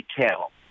detail